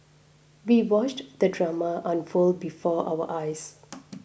we watched the drama unfold before our eyes